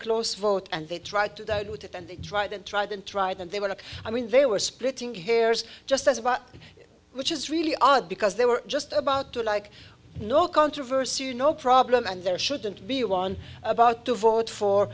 close vote and they tried to do with it and they tried and tried and tried and they were not i mean they were splitting hairs just as what which is really odd because they were just about to like no controversy you know problem and there shouldn't be a one about to vote for